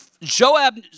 Joab